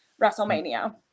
WrestleMania